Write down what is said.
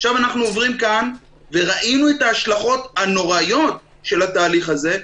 וראינו את ההשלכות הנוראיות של התהליך הזה.